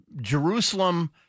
Jerusalem